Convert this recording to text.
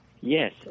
Yes